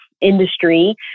industry